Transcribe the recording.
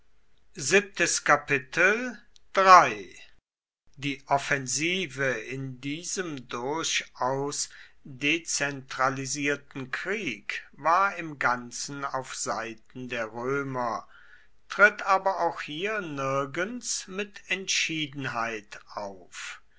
die offensive in diesem durchaus dezentralisierten krieg war im ganzen auf seiten der römer tritt aber auch hier nirgends mit entschiedenheit auf